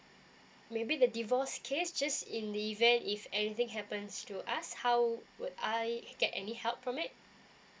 maybe the divorce case just in the event if anything happens to us how would I get any help from it